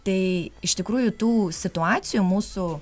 tai iš tikrųjų tų situacijų mūsų